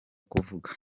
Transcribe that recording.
kuvuka